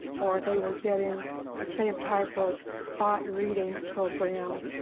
or they were getting the same type of spot reading program,